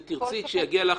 כשתרצי, כשיגיע לך